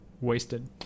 wasted